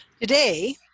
today